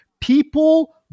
people